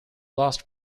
lost